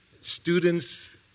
students